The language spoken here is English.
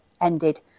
ended